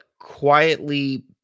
quietly